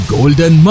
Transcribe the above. Golden